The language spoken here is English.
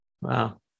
Wow